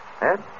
Ed